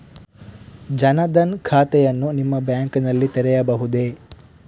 ಜನ ದನ್ ಖಾತೆಯನ್ನು ನಿಮ್ಮ ಬ್ಯಾಂಕ್ ನಲ್ಲಿ ತೆರೆಯಬಹುದೇ?